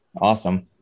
Awesome